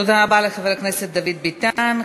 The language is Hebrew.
תודה רבה לחבר הכנסת דוד ביטן.